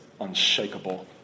unshakable